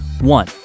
One